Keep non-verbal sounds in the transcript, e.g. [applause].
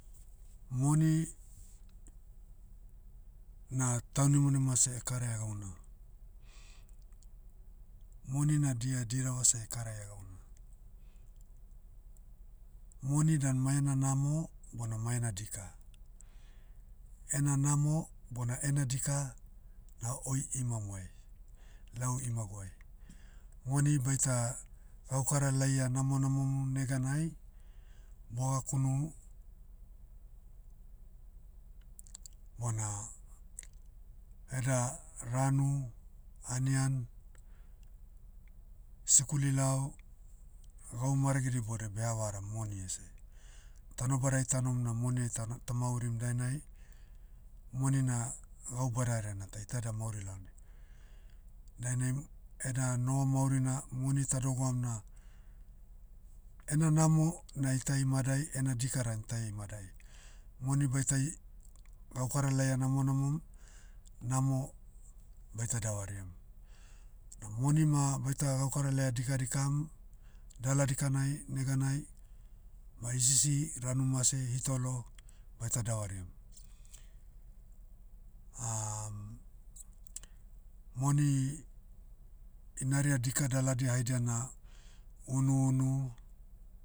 Moni, na taunimanima seh ekaraia gauna. Moni na dia dirava seh ekaraia gauna. Moni dan mai ena namo, bona mai ena dika. Ena namo, bona ena dika, na oi imamuai, lau imaguai. Moni baita, gaukara laia namonamomu neganai, bogakunu, bona, eda ranu, anian, sikuli lao, gau maragidia iboudai behavaram moni ese. Tanobadai tanom na moni ai tano- tamaurim dainai, moni na, gau badahereana ta ita eda mauri lalonai. Dainai, eda noho maurina, moni tadogoam na, ena namo, na ita imadai ena dika dan ita imadai. Moni baitai, gaukara laia namonamom, namo, baita davariam. Moni ma baita gaukara laia dikadikam, dala dikanai, neganai, ma hisisi ranu mase hitolo, baita davariam. [hesitation] moni, inaria dika daladia haidia na, unu unu,